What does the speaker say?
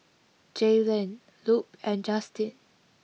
Jaylen Lupe and Justyn